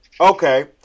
Okay